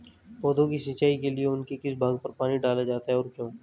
पौधों की सिंचाई के लिए उनके किस भाग पर पानी डाला जाता है और क्यों?